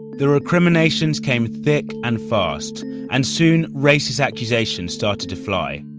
the recriminations came thick and fast and soon racist accusations started to fly.